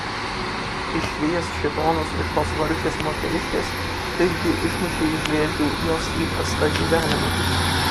išvijęs šėtonus iš tos vargšės moteriškės taipgi išmušei iš vėžių jos įprastą gyvenimą